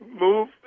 Move